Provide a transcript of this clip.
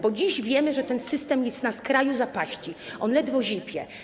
Bo dziś wiemy, że ten system jest na skraju zapaści, on ledwo zipie.